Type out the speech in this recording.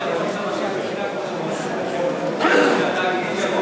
אי-אפשר לאחוז את המקל בשני הקצוות: הם מעניקים,